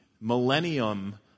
millennium